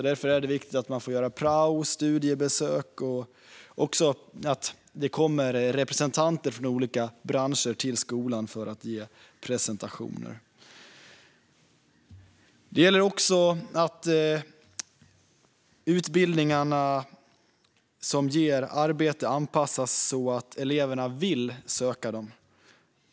Därför är det viktigt att de får göra prao och studiebesök och att representanter för olika branscher kommer till skolan och gör presentationer. Det gäller också att utbildningarna som ger arbete anpassas så att eleverna vill söka dem.